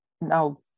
now